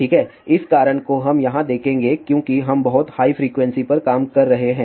ठीक है इस कारण को यहां देखें क्योंकि हम बहुत हाई फ्रीक्वेंसी पर काम कर रहे हैं